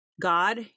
God